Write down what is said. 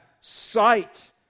sight